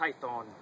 python